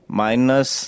minus